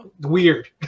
Weird